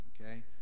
Okay